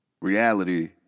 reality